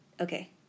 Okay